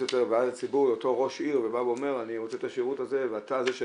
אנחנו לא